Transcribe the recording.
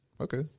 Okay